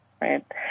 right